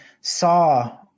saw